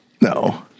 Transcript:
No